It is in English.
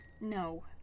No